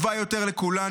טובה יותר לכולנו.